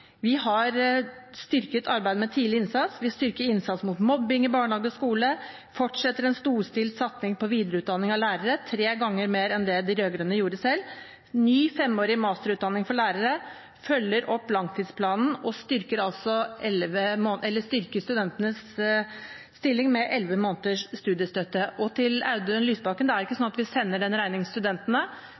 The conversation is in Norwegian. Vi har styrket arbeidet med tidlig innsats, vi styrker innsats mot mobbing i barnehage og skole, fortsetter en storstilt satsing på videreutdanning av lærere – tre ganger mer enn det de rød-grønne gjorde selv – ny femårig masterutdanning for lærere, følger opp langtidsplanen og styrker studentenes stilling med elleve måneders studiestøtte. Og til Audun Lysbakken: Det er ikke sånn at vi sender den